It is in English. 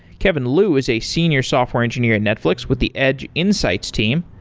kevin liu is a senior software engineer at netflix with the edge insights team.